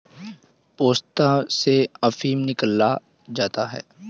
पोस्ता से अफीम निकाला जाता है